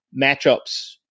matchups